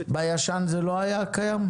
בישן זה לא היה קיים?